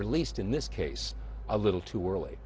released in this case a little too early